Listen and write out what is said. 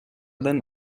than